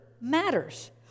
matters